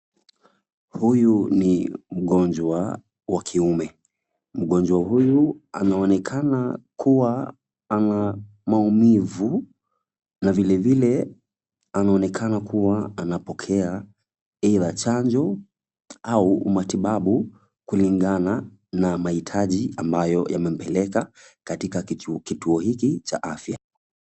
Huyu ni mgonjwa wa kiume, mgonjwa huyu anaonekana kuwa ana maumivu na vile vile anaonekana kuwa anapokea either chanjo au matibabu kulingana na mahitaji ambayo yamempeleka katika kituo hiki cha afya.